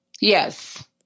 Yes